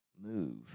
move